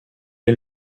est